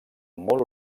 molt